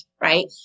Right